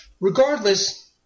Regardless